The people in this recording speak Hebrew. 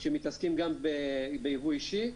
שמתעסקים גם בייבוא אישי.